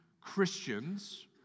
Christians